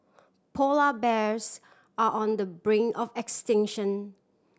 polar bears are on the brink of extinction